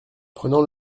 prenant